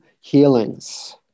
healings